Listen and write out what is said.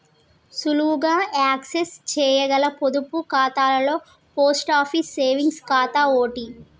సులువుగా యాక్సెస్ చేయగల పొదుపు ఖాతాలలో పోస్ట్ ఆఫీస్ సేవింగ్స్ ఖాతా ఓటి